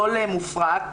לא למופרט,